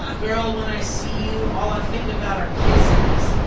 um girl when i see you all i think about are kisses,